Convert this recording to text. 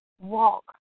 walk